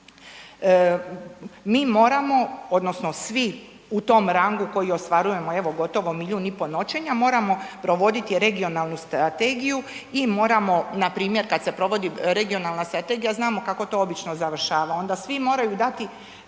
Mi moramo odnosno svi u tom rangu koji ostvarujemo evo gotovo 1,5 milijun noćenja moramo provoditi regionalnu strategiju i moramo npr. kad se provodi regionalna strategija znamo kako to obično završava, onda svi moraju dati